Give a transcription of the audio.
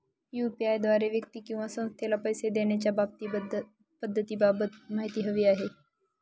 UPI द्वारे व्यक्ती किंवा संस्थेला पैसे देण्याच्या पद्धतींबाबत माहिती हवी आहे